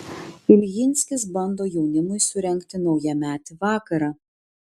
iljinskis bando jaunimui surengti naujametį vakarą